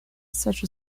such